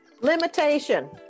limitation